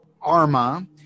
Arma